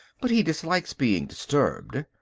but he dislikes being disturbed.